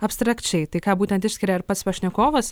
abstrakčiai tai ką būtent išskiria ir pats pašnekovas